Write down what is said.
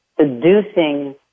Seducing